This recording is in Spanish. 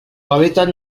hábitat